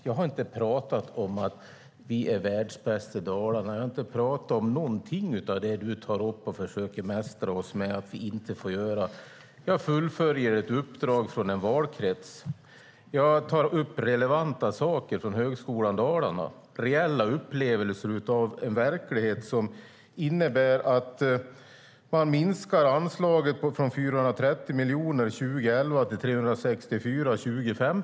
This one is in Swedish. Jag har inte sagt att vi skulle vara världsbäst i Dalarna eller något annat av det som du tar upp och försöker mästra oss med att vi inte får säga. Jag fullföljer ett uppdrag från en valkrets. Jag tar upp relevanta saker som gäller Högskolan Dalarna - reella upplevelser av en verklighet som innebär att man minskar anslaget från 430 miljoner år 2011 till 364 miljoner år 2015.